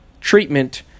treatment